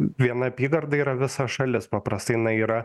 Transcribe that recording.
viena apygarda yra visa šalis paprastai na yra